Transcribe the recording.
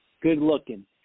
good-looking